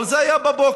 אבל זה היה בבוקר.